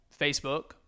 Facebook